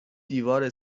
دیوار